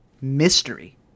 mystery